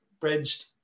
bridged